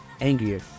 angrier